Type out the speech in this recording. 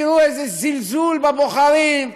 תראו איזה זלזול בבוחרים,